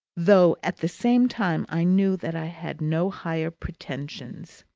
though at the same time i knew that i had no higher pretensions.